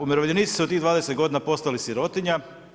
Umirovljenici su u tih 20 godina postali sirotinja.